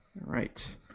right